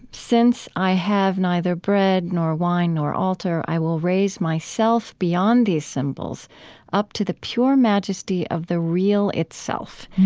since i have neither bread nor wine nor altar, i will raise myself beyond the assembles up to the pure majesty of the real itself.